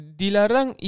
dilarang